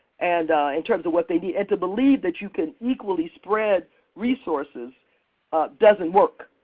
and in terms of what they need. and to believe that you can equally spread resources doesn't work.